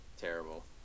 Terrible